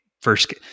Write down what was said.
first